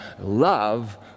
love